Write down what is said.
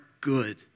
good